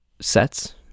sets